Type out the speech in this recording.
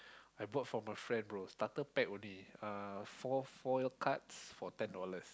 I brought from a friend bro starter pack only uh four foil cards for ten dollars